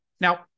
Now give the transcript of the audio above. Now